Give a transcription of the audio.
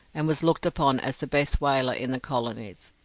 and was looked upon as the best whaler in the colonies,